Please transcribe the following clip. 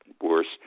worse